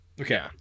Okay